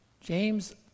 James